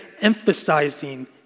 emphasizing